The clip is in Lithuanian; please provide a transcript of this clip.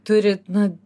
turi na